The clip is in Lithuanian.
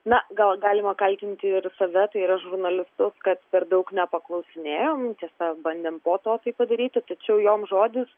na gal galima kaltinti ir save tai yra žurnalistus kad per daug nepaklausinėjom tiesa bandėm po to tai padaryti tačiau jom žodis